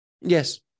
Yes